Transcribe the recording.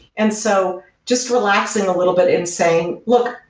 and so just relaxing a little bit and saying, look,